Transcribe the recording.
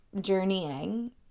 journeying